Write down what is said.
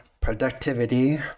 productivity